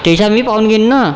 त्याचं मी पाहून घेईन नं